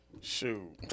Shoot